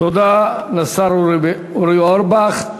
תודה לשר אורי אורבך.